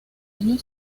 año